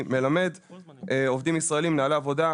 אני מלמד עובדים ישראליים נהלי עבודה,